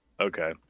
Okay